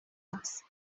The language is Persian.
است